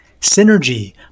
Synergy